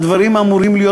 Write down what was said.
והדברים אמורים להיות